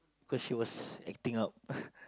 cause she was acting out